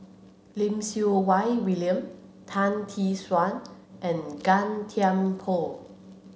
Lim Siew Wai William Tan Tee Suan and Gan Thiam Poh